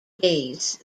days